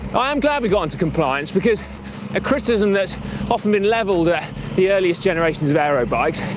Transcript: i am glad we got into compliance, because a criticism that's often been leveled at the earliest generations of aero bikes,